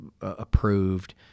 approved